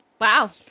Wow